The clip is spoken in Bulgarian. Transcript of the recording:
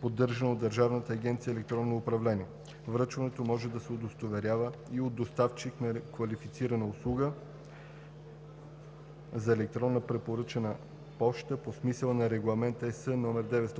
поддържана от Държавна агенция „Електронно управление“. Връчването може да се удостоверява и от доставчик на квалифицирана услуга за електронна препоръчана поща по смисъла на Регламент (ЕС) №